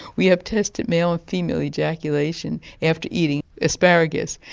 we have tested male and female ejaculation after eating asparagus,